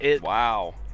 Wow